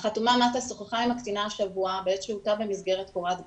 'החתומה מטה שוחחה עם הקטינה השבוע בעת שהותה במסגרת קורת גג.